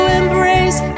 embrace